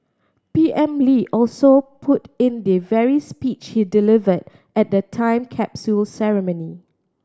P M Lee also put in the very speech he delivered at the time capsule ceremony